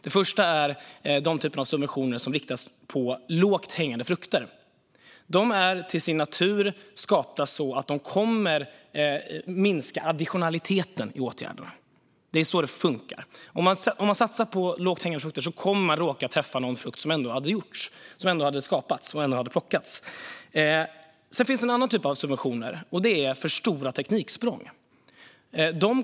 Den första riktar in sig på lågt hängande frukter och är till sin natur sådan att den kommer att minska additionaliteten i åtgärderna. Riktar man in sig på lågt hängande frukter kommer man att råka få med någon frukt som ändå hade plockats. Den andra subventionen är till för stora tekniksprång.